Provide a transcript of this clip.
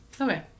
Okay